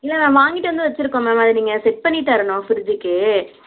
இல்லை நான் வாங்கிகிட்டு வந்து வச்சுருக்கோம் மேம் அதை நீங்கள் செட் பண்ணி தரணும் ஃப்ரிட்ஜுக்கு